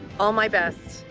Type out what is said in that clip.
all my best.